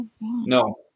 No